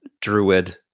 druid